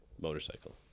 motorcycle